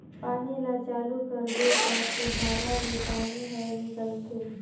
पानी ल चालू करबे त फुहारा ले पानी हर निकलथे